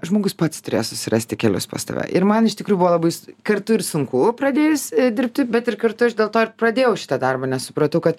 žmogus pats turės susirasti kelius pas tave ir man iš tikrųjų labai kartu ir sunku pradėjus dirbti bet ir kartu aš dėl to pradėjau šitą darbą nes supratau kad